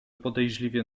podejrzliwie